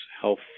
health